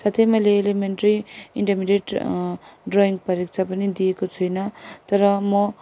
साथै मैले elementary intermediate drawing परीक्षा पनि दिएको छुइनँ तर म